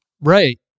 Right